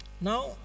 Now